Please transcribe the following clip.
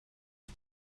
you